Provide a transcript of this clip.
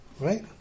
right